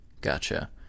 gotcha